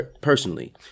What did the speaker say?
personally